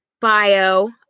bio